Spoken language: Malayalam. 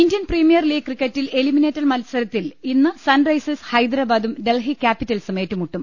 ഇന്ത്യൻ പ്രീമിയർ ലീഗ് ക്രിക്കറ്റിൽ എലിമിനേറ്റർ മത്സരത്തിൽ ഇന്ന് സൺറൈസേഴ്സ് ഹൈദരാബാദും ഡൽഹി ക്യാപിറ്റൽസും ഏറ്റുമുട്ടും